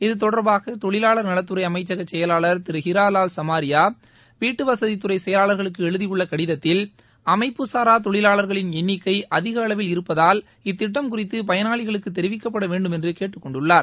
இது தொடர்பாக தொழிலாளர் நலத்துறை அமைச்சக செயலாளர் திரு ஹீராலால் சமாரியா வீட்டுவசதித்துறை செயலாளர்களுக்கு எழுதியுள்ள கடிதத்தில் அமைப்புசாரா தொழிலாளர்களின் எண்ணிக்கை அதிக அளவில் இருப்பதால் இத்திட்டம் குறித்து பயனாளிகளுக்கு தெரிவிக்கப்பட வேண்டுமென்று கேட்டுக்கொண்டுள்ளார்